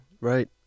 right